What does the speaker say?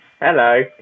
Hello